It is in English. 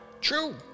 True